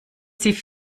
sie